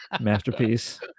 masterpiece